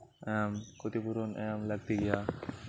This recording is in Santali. ᱮᱢ ᱠᱷᱚᱛᱤᱯᱩᱨᱚᱱ ᱮᱢ ᱞᱟᱹᱠᱛᱤ ᱜᱮᱭᱟ